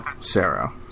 Sarah